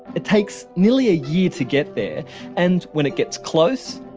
it takes nearly a year to get there and when it gets close,